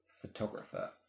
photographer